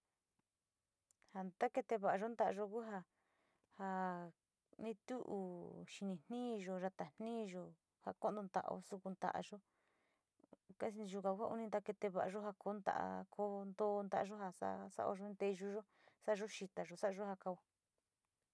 Ja ntakete va´ayo nta´ayo ku ni tu uu xini niiyo yata niiyo, ja konto ntao, ku nta´ayo casi yuka ku uni ntakete va´ayo nta´a, ko ntoo nta´ayo sa´ao nteyuyo sa´a xitayo, sa´ayo ja kao.